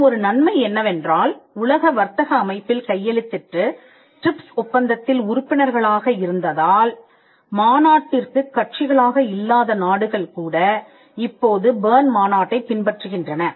இதன் ஒரு நன்மை என்னவென்றால் உலக வர்த்தக அமைப்பில் கையெழுத்திட்டு ட்ரிப்ஸ் ஒப்பந்தத்தில் உறுப்பினர்களாக இருந்ததால் மாநாட்டிற்கு கட்சிகளாக இல்லாத நாடுகள் கூட இப்போது பெர்ன் மாநாட்டைப் பின்பற்றுகின்றன